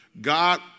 God